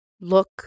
look